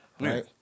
Right